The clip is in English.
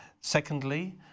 secondly